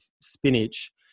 spinach